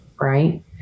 Right